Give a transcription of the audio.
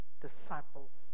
disciples